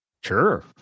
Sure